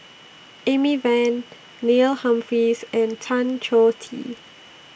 Amy Van Neil Humphreys and Tan Choh Tee